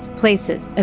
places